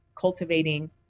cultivating